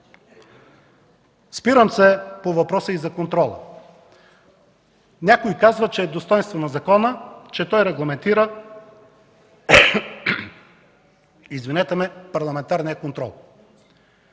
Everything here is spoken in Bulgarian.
Спирам се на въпроса и за контрола. Някои казват, че е достойнство на закона, че той регламентира парламентарния контрол.